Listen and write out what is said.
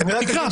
תקרא.